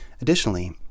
Additionally